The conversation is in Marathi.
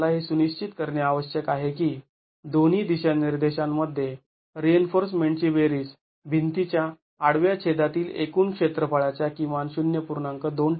आम्हाला हे सुनिश्चित करणे आवश्यक आहे की दोन्ही दिशांनिर्देशांमध्ये रिइन्फोर्समेंटची बेरीज भिंती च्या आडव्या छेदातील एकूण क्षेत्रफळाच्या किमान ०